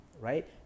right